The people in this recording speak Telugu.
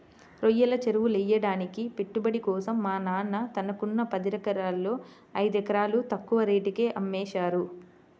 రొయ్యల చెరువులెయ్యడానికి పెట్టుబడి కోసం మా నాన్న తనకున్న పదెకరాల్లో ఐదెకరాలు తక్కువ రేటుకే అమ్మేశారు